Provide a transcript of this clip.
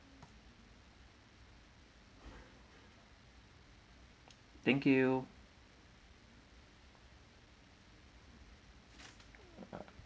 thank you